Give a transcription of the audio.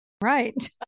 right